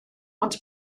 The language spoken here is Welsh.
ond